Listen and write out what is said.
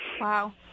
Wow